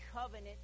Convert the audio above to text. covenant